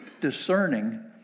discerning